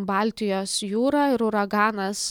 baltijos jūra ir uraganas